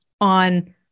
on